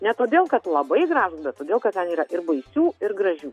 ne todėl kad labai gražūs bet todėl kad ten yra ir baisių ir gražių